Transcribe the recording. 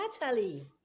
Natalie